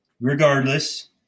regardless